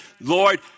Lord